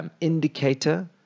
indicator